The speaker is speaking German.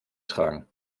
tragen